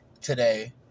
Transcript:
today